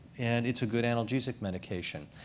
and it's a good analgesic medication.